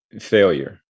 failure